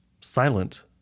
silent